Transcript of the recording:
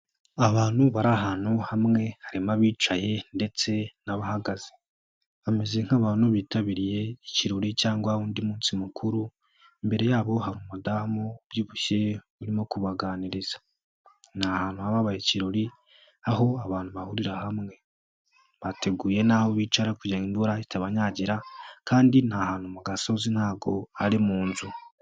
Abantu bari ahantu hamwe harimo abicaye ndetse n'abahaga. Bameze nk'abantu bitabiriye ikirori cyangwa undi munsi mukuru, mbere yabo hari umudamu ubyibushye urimo kubaganiriza. Ni ahantu habaye ikirori aho abantu bahurira hamwe bateguye n'aho bicara kugira imvura itabanyagira kandi nta hantu mu gasozi ntago hari mu inzu.